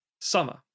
summer